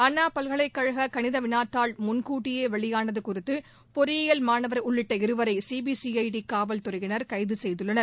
அண்ணா பல்கலைக்கழக கணித வினாத்தாள் முன்கூட்டியே வெளியானது குறித்து பொறியியல் மாணவர் உள்ளிட்ட இருவரை சிபிசிஐடி காவல்துறையினர் கைது செய்துள்ளனர்